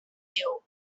you